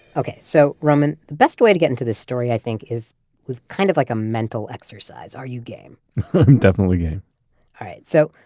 okay, so roman, the best way to get into this story i think is with kind of like a mental exercise. are you game? i'm definitely game all right. so